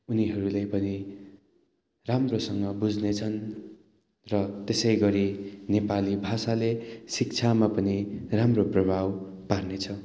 उनीहरूले पनि राम्रोसँग बुझ्नेछन् र त्यसै गरी नेपाली भाषाले शिक्षामा पनि राम्रो प्रभाव पार्नेछ